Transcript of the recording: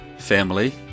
family